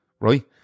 right